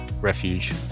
Refuge